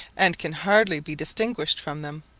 and can hardly be distinguished from them.